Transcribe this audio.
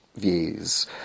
Views